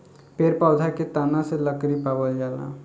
पेड़ पौधा के तना से लकड़ी पावल जाला